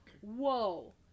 whoa